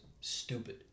stupid